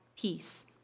peace